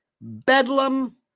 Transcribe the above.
bedlam